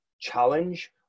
challenge